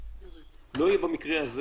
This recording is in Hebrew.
לא תהיה במקרה הזה